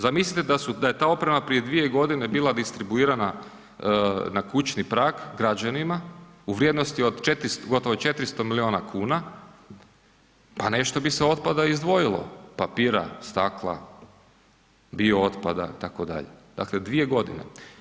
Zamislite da je ta oprema prije dvije godine bila distribuirana na kućni prag građanima u vrijednosti od gotovo 400 miliona kuna, pa nešto bi se otpada izdvojilo, papira, stakla, bio otpada itd., dakle dvije godine.